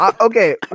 okay